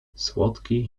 słodki